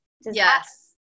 Yes